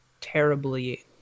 terribly